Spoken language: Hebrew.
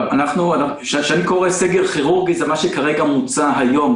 כשאני אומר סגר כירורגי זה מה שמוצע היום,